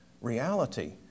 reality